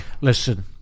Listen